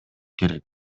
керек